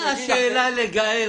מה השאלה לגאל?